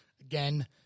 Again